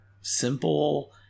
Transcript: simple